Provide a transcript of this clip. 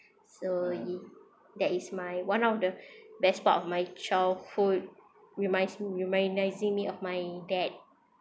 so that is my one of the best part of my childhood reminds reminiscing me of my dad